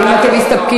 האם אתם מסתפקים,